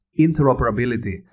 interoperability